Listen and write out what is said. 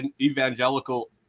evangelical